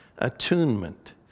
attunement